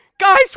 Guys